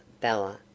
Bella